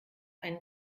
einen